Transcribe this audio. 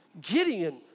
Gideon